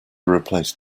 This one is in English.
replace